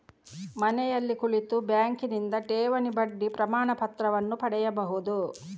ಮನೆಯಲ್ಲಿ ಕುಳಿತು ಬ್ಯಾಂಕಿನಿಂದ ಠೇವಣಿ ಬಡ್ಡಿ ಪ್ರಮಾಣಪತ್ರವನ್ನು ಪಡೆಯಬಹುದು